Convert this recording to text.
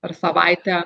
per savaitę